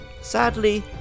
Sadly